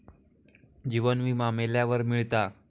जीवन विमा मेल्यावर मिळता